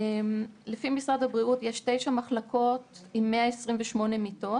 לפי משרד הבריאות יש תשע מחלקות להפרעות אכילה עם 128 מיטות.